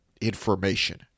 information